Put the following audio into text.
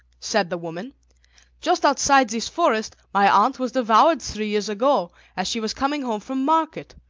said the woman just outside this forest my aunt was devoured three years ago, as she was coming home from market.